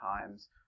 Times